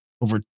over